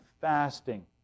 fasting